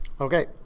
Okay